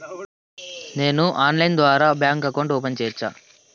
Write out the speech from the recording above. నేను ఆన్లైన్ ద్వారా bank account open సేయొచ్చా?